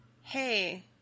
hey